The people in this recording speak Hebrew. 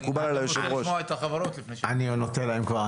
אני נותן להם כבר.